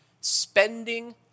spending